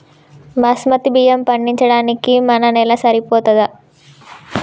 బాస్మతి బియ్యం పండించడానికి మన నేల సరిపోతదా?